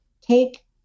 take